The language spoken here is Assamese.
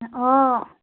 অঁ